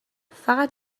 فقط